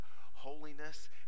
holiness